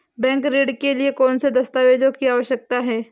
Bank ऋण के लिए कौन से दस्तावेजों की आवश्यकता है?